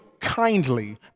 kindly